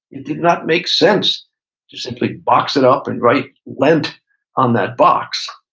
it did not make sense to simply box it up and write lent on that box.